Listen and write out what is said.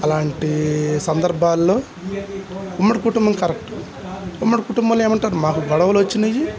అలాంటి సందర్భాల్లో ఉమ్మడి కుటుంబం కరెక్ట్ ఉమ్మడి కుటుంబంలో ఏమి అంటారు మాకు గొడవలు వచ్చినాయి